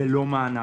זה לא מענק.